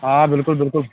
آ بِلکُل بِلکُل